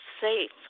safe